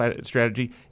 strategy